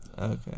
Okay